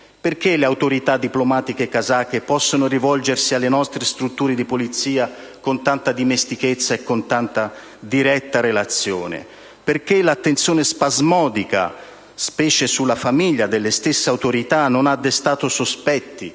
perché le autorità diplomatiche kazake possono rivolgersi alle nostre strutture di polizia con tanta dimestichezza e diretta relazione? Perché l'attenzione spasmodica sulla famiglia delle stesse autorità non ha destato sospetti